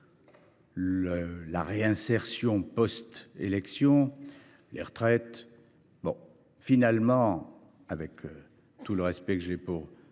la réinsertion post mandat, les retraites… Finalement, avec tout le respect que j’ai pour